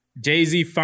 Jay-Z